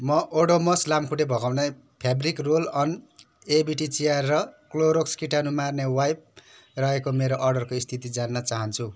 म ओडोमोस लामखुट्टे भगाउन फ्याब्रिक रोल अन एभिटी चिया र क्लोरोक्स कीटाणु मार्ने वाइप रहेको मेरो अर्डरको स्थिति जान्न चाहन्छु